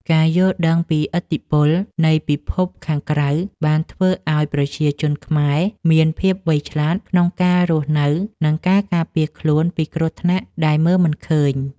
ការយល់ដឹងអំពីឥទ្ធិពលនៃពិភពខាងក្រៅបានធ្វើឱ្យប្រជាជនខ្មែរមានភាពវៃឆ្លាតក្នុងការរស់នៅ និងការការពារខ្លួនពីគ្រោះថ្នាក់ដែលមើលមិនឃើញ។